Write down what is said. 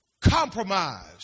compromise